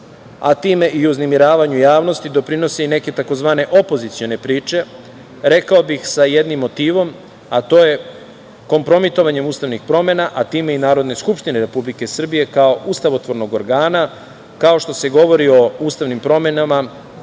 a time i uznemiravanju javnosti doprinose i neke tzv. opozicione priče, rekao bih sa jednim motivom, a to je kompromitovanje ustavnih promena, a time i Narodne skupštine Republike Srbije, kao ustavotvornog organa, kao što se govori o ustavnim promenama,